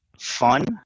fun